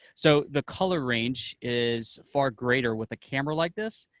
so the color range is far greater with a camera like this,